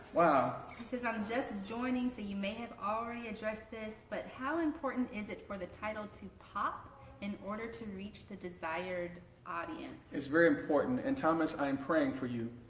wow! he says i'm just joining so you may have already addressed this but how important is it for the title to pop in order to reach the desired audience? it's very important and thomas i am praying for you.